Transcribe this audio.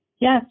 Yes